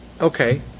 Okay